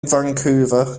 vancouver